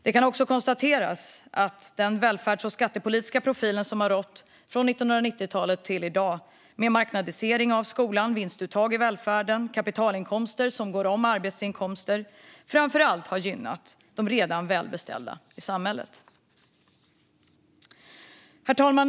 Det kan också konstateras att den välfärds och skattepolitiska profil som har rått från 1990-talet till i dag, med marknadisering av skolan, vinstuttag i välfärden och kapitalinkomster som går om arbetsinkomster, framför allt har gynnat de redan välbeställda i samhället. Herr talman!